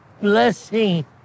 blessing